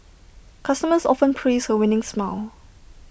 customers often praise her winning smile